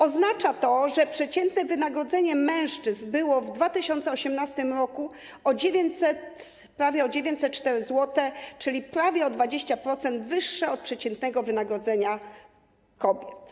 Oznacza to, że przeciętne wynagrodzenie mężczyzn było w 2018 r. prawie o 904 zł, czyli prawie o 20%, wyższe od przeciętnego wynagrodzenia kobiet.